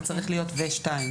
זה צריך להיות ו-(2).